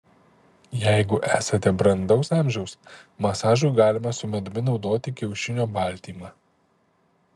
jeigu esate brandaus amžiaus masažui galima su medumi naudoti kiaušinio baltymą